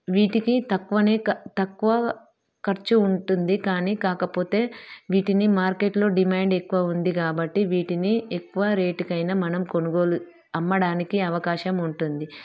వీటికి తక్కువనే తక్కువ ఖర్చు ఉంటుంది కానీ కాకపోతే వీటిని మార్కెట్లో డిమాండ్ ఎక్కువ ఉంది కాబట్టి వీటిని ఎక్కువ రేటుకైనా మనం కొనుగోలు అమ్మడానికి అవకాశం ఉంటుంది